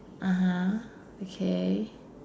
(uh huh) okay